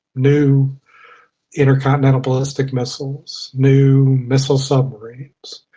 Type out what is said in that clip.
new intercontinental ballistic missiles, new missile submarines.